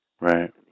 Right